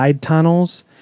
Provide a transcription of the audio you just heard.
tunnels